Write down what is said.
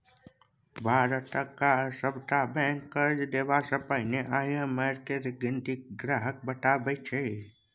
भारतक सभटा बैंक कर्ज देबासँ पहिने ई.एम.आई केर गिनती ग्राहकेँ बताबैत छै